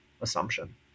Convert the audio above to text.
assumption